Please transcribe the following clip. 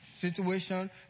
situation